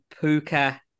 Puka